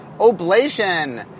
Oblation